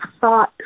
thought